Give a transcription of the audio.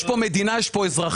יש כאן מדינה, יש כאן אזרחים.